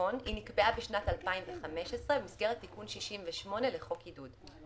הון נקבעה בשנת 2015 במסגרת תיקון 68 לחוק עידוד.